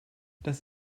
das